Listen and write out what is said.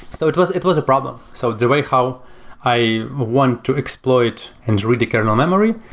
so it was it was a problem. so the way how i want to exploit and read the kernel memory,